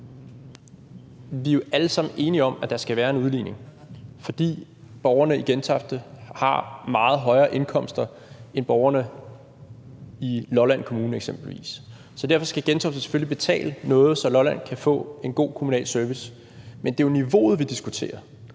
Vi er jo alle sammen enige om, at der skal være en udligning, fordi borgerne i Gentofte har meget højere indkomster end eksempelvis borgerne i Lolland Kommune. Derfor skal Gentofte selvfølgelig betale noget, så borgerne i Lolland Kommune kan få en god kommunal service. Men det er jo niveauet, vi diskuterer.